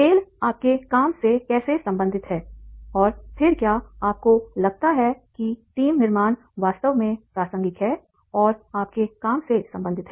खेल आपके काम से कैसे संबंधित है और फिर क्या आपको लगता है कि टीम निर्माण वास्तव में प्रासंगिक है और आपके काम से संबंधित है